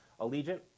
Allegiant